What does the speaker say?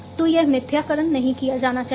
तो यह मिथ्याकरण नहीं किया जाना चाहिए